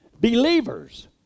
Believers